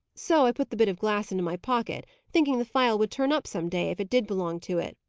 so i put the bit of glass into my pocket, thinking the phial would turn up some day, if it did belong to it.